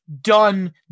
done